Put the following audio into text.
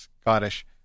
Scottish